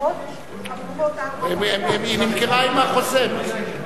היא נמכרה עם החוזה.